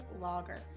Lager